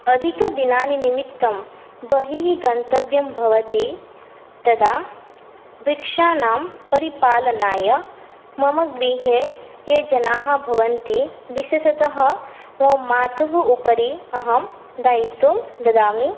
अधिकदिनानि निमित्तं बहिः गन्तव्यं भवति तदा वृक्षानां परिपालनाय मम गृहे ये जनाः भवन्ति विशेषतः मम मातुः उपरि अहं दायित्वं ददामि